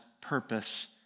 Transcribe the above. purpose